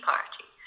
Party